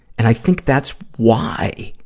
and i think that's why